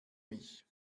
mich